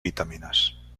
vitamines